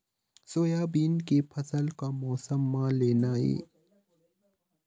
Soybean के फसल का मौसम म लेना ये?